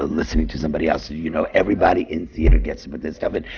listening to somebody else? you know, everybody in theatre gets some of this stuff. and